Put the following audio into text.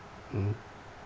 mmhmm